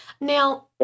Now